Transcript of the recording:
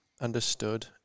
understood